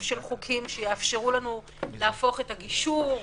של חוקים שיאפשרו לנו להפוך את הגישור,